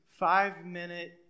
five-minute